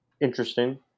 interesting